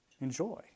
enjoy